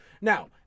Now